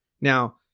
Now